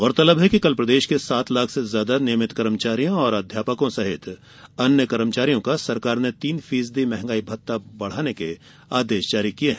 गौरतलब है कि कल प्रदेश के सात लाख से ज्यादा नियमित कर्मचारियों और अध्यापकों सहित अन्य कर्मचारियों का सरकार ने तीन फीसदी महंगाई भत्ता बढ़ाने के आदेश जारी किये हैं